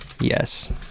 Yes